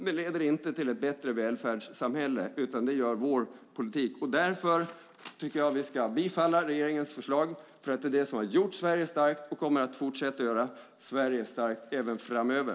Den leder inte till ett bättre välfärdssamhälle, utan det gör vår politik. Därför tycker jag att vi ska bifalla regeringens förslag. Det är den politiken som har gjort Sverige starkt och som kommer att fortsätta att göra Sverige starkt även framöver.